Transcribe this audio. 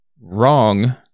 wrong